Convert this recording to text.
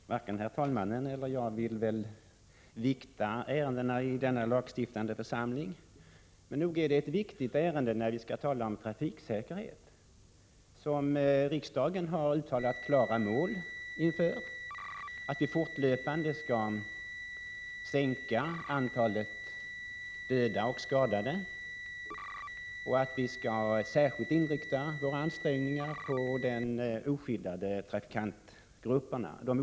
Herr talman! Varken herr talmannen eller jag vill väl vikta ärendena i denna lagstiftande församling, men nog är trafiksäkerhet ett viktigt ärende att tala om. Riksdagen har uttalat som klara mål att vi fortlöpande skall försöka sänka antalet döda och skadade i trafiken och särskilt inrikta våra ansträngningar mot de oskyddade trafikantgrupperna.